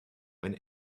when